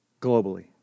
globally